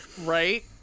Right